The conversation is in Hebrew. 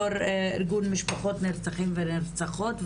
יו"ר ארגון משפחות נרצחים ונרצחות.